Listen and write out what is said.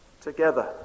together